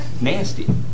Nasty